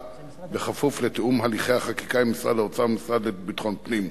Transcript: בכפוף לתיאום הליכי החקיקה עם משרד האוצר והמשרד לביטחון הפנים.